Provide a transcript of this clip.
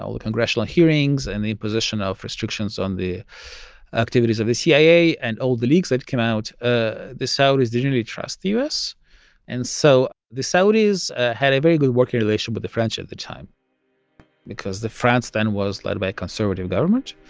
the congressional hearings and the imposition of restrictions on the activities of the cia and all the leaks that came out, ah the saudis didn't really trust the u s and so the saudis had a very good working relation with the french at the time because the france then was led by a conservative government,